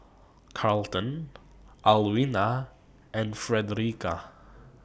Carlton Alwina and Fredericka